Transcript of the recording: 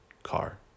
car